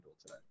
today